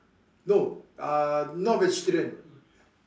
no uh not vegetarian